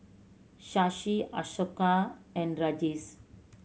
Shashi Ashoka and Rajesh